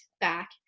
back